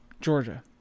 Georgia